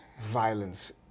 violence